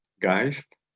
Geist